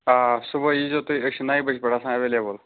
آ صُبحٲے ییٖزیٚو تُہۍ أسۍ چھِ نَیہِ بَجہِ پٮ۪ٹھ آسان ایٚویلیبُل